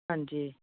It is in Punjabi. ਹਾਂਜੀ